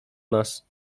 nas